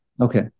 Okay